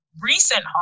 recent